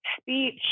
speech